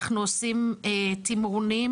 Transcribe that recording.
אנחנו עושים תמרונים,